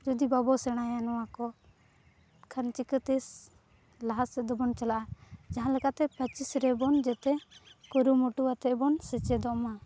ᱡᱩᱫᱤ ᱵᱟᱵᱚᱱ ᱥᱮᱬᱟᱭᱟ ᱱᱚᱶᱟ ᱠᱚ ᱮᱱᱠᱷᱟᱱ ᱪᱤᱠᱟᱹᱛᱮ ᱞᱟᱦᱟᱥᱮᱫ ᱫᱚᱵᱚᱱ ᱪᱟᱞᱟᱜᱼᱟ ᱡᱟᱦᱟᱸ ᱞᱮᱠᱟᱛᱮ ᱯᱚᱸᱪᱤᱥ ᱨᱮᱵᱚᱱ ᱡᱟᱛᱮ ᱠᱩᱨᱩᱢᱩᱴᱩ ᱠᱟᱛᱮᱵᱚᱱ ᱥᱮᱪᱮᱫᱚᱜᱼᱢᱟ